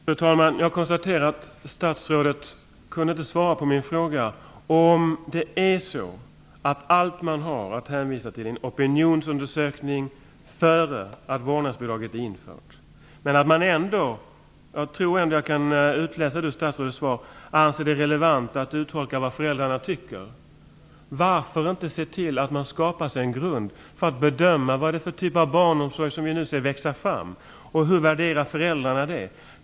Fru talman! Jag konstaterar att statsrådet inte kunde svara på min fråga: Är det så att allt man har att hänvisa till är en opinionsundersökning gjord innan vårdnadsbidraget var infört? Jag tror mig ändå kunna utläsa av statsrådets svar att det anses relevant att uttolka vad föräldrarna tycker. Varför då inte se till att man skapar sig en grund för att kunna bedöma vad det är för typ av barnomsorg som vi nu ser växa fram och hur föräldrarna värderar det?